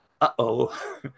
Uh-oh